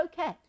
okay